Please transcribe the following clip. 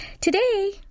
Today